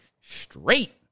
straight